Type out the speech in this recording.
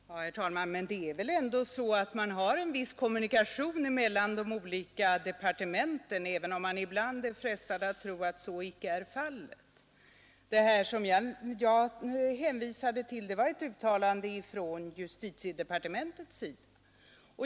Herr talman! Det är väl ändå så att det förekommer en viss kommunikation mellan de olika departementen, även om man ibland är frestad att tro att så icke är fallet. Vad jag hänvisade till var ett uttalande från justitiedepartementets sida.